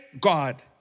God